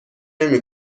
نمی